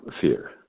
fear